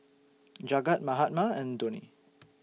Jagat Mahatma and Dhoni